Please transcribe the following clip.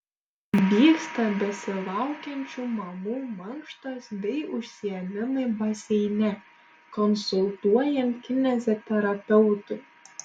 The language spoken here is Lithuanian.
vyksta besilaukiančių mamų mankštos bei užsiėmimai baseine konsultuojant kineziterapeutui